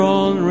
on